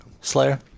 Slayer